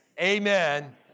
amen